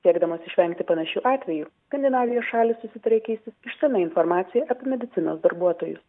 siekdamas išvengti panašių atvejų skandinavijos šalys susitarė keistis išsamia informacija apie medicinos darbuotojus